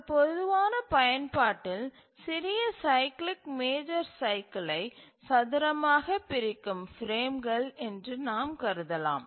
ஒரு பொதுவான பயன்பாட்டில் சிறிய சைக்கிளிக் மேஜர் சைக்கிலை சதுரமாக பிரிக்கும் பிரேம்கள் என்று நாம் கருதலாம்